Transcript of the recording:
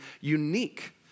unique